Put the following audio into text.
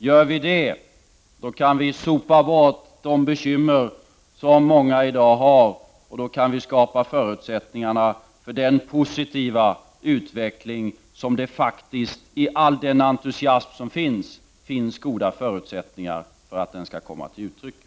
Gör vi det kan vi sopa bort de bekymmer som många i dag har, och då kan vi skapa förutsättningar för den positiva utveckling som det finns goda förutsättningar för i all den entusiasm som finns.